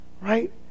right